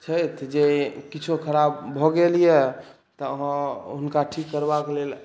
छथि जे किछो खराब भऽ गेल यए तऽ अहाँ हुनका ठीक करबाक लेल